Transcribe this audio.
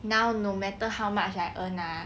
now no matter how much I earn ah